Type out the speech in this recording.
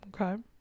Okay